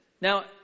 Now